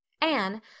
Anne